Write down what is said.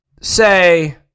say